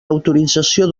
autorització